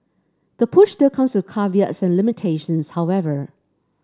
the push still comes with caveats and limitations however